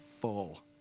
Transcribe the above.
full